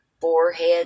Forehead